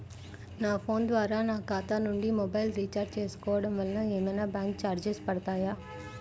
నా ఫోన్ ద్వారా నా ఖాతా నుండి మొబైల్ రీఛార్జ్ చేసుకోవటం వలన ఏమైనా బ్యాంకు చార్జెస్ పడతాయా?